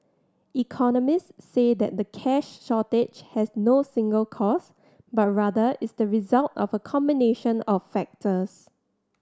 economists say that the cash shortage has no single cause but rather is the result of a combination of factors